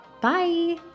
Bye